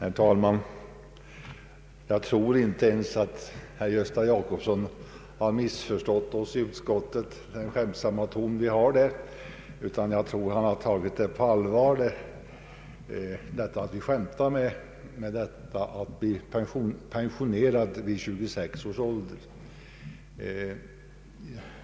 Herr talman! Jag tror inte ens att herr Gösta Jacobsson har missförstått oss i utskottet när vi skämtat om pensionering vid 26 års ålder.